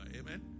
Amen